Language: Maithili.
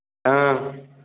हँ